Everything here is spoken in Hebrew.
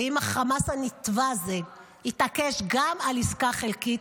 ואם החמאס הנתעב הזה יתעקש גם על עסקה חלקית,